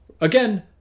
again